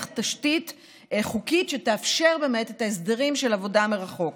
תשתית חוקית שתאפשר את ההסדרים של עבודה מרחוק.